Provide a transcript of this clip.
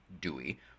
Dewey